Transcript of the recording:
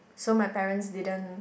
so my parents didn't